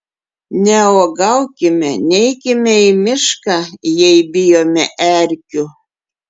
neuogaukime neikime į mišką jei bijome erkių